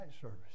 service